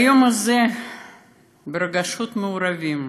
ברגשות מעורבים